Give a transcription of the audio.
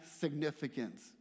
significance